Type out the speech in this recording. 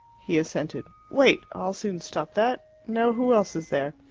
he assented. wait! i'll soon stop that. now, who else is there?